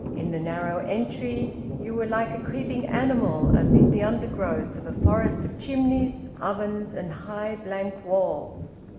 in the narrow entry you were like a creeping animal amid the undergrowth of a forest of chimneys, ovens, and high blank walls.